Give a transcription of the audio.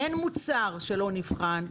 אין מוצר שלא נבחן,